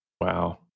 Wow